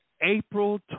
April